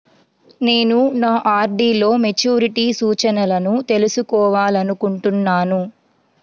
నేను నా ఆర్.డీ లో మెచ్యూరిటీ సూచనలను తెలుసుకోవాలనుకుంటున్నాను